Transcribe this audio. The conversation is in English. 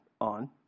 on